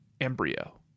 embryo